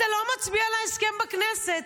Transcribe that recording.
אתה לא מצביע על ההסכם בכנסת.